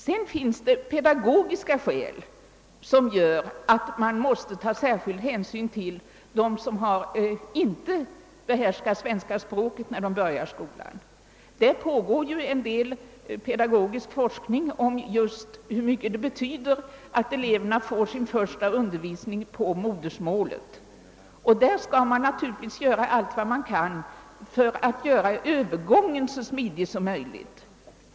Sedan finns det pedagogiska skäl som gör att man måste ta särskilda hänsyn till dem som inte behärskar svenska språket när de börjar skolan. Det pågår för närvarande en del pedagogisk forskning om hur mycket det betyder att ele verna får sin första undervisning på modersmålet. Man skall naturligtvis göra allt vad man kan för att övergången skall bli så smidig som möjlig.